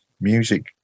music